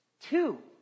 two